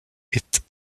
est